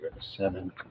Seven